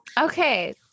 Okay